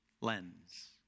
lens